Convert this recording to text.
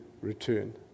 return